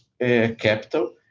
capital